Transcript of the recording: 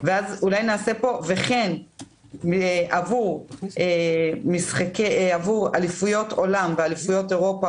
ואז אולי נעשה פה: וכן עבור אליפויות עולם ואליפויות אירופה